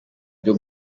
byo